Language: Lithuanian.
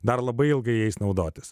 dar labai ilgai jais naudotis